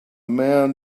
man